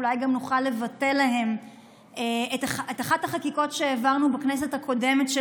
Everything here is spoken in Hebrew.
ואולי גם נוכל לבטל להם את אחת החקיקות שהעברנו בכנסת הקודמת,